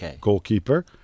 goalkeeper